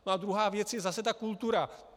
A druhá věc je zase ta kultura.